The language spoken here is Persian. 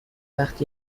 وقت